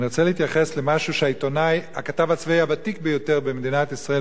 אני רוצה להתייחס למשהו שהכתב הצבאי הוותיק ביותר במדינת ישראל,